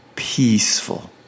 Peaceful